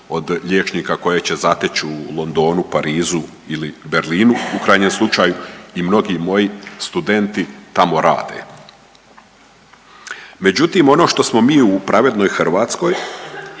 od liječnika koje će zateći u Londonu, Parizu ili Berlinu u krajnjem slučaju i mnogi moji studenti tamo rade. Međutim, ono što smo mi u pravednoj Hrvatskoj